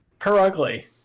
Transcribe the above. Perugly